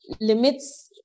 limits